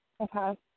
Okay